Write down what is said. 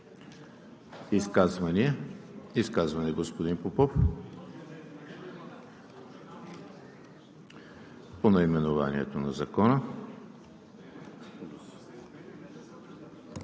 Изказвания? Господин Попов – по наименованието на Закона.